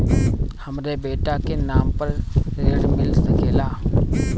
हमरा बेटा के नाम पर ऋण मिल सकेला?